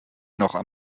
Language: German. noch